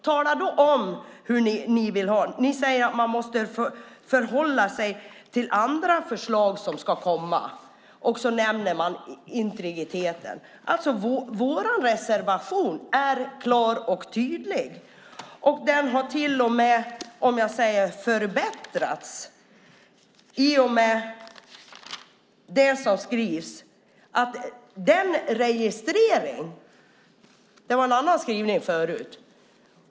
Tala om hur ni vill ha det! Ni säger att man måste förhålla sig till andra förslag som ska komma, och så nämner ni integriteten. Vår reservation är klar och tydlig. Den har till och med förbättrats i och med det som skrivs om registrering. Det var en annan skrivning förut.